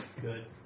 Good